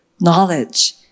knowledge